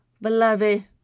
Beloved